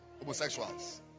homosexuals